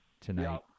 tonight